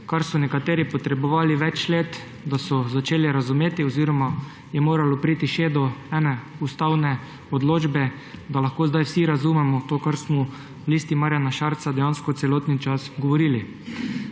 kar so nekateri potrebovali več let, da so začeli razumeti, oziroma je moralo priti še do ene ustavne odločbe, da lahko zdaj vsi razumemo to, kar smo v Listi Marjana Šarca dejansko ves čas govorili.